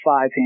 five